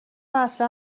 اصلا